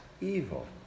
evil